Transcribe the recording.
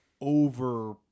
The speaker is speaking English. over